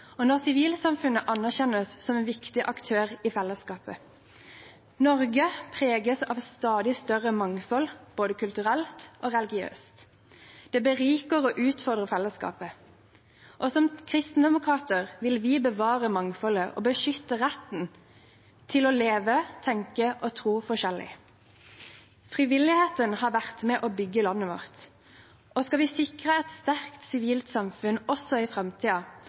og når sivilsamfunnet anerkjennes som en viktig aktør i fellesskapet. Norge preges av et stadig større mangfold både kulturelt og religiøst. Det beriker og utfordrer fellesskapet. Som kristendemokrater vil vi bevare mangfoldet og beskytte retten til å leve, tenke og tro forskjellig. Frivilligheten har vært med på å bygge landet vårt, og skal vi sikre et sterkt sivilsamfunn også i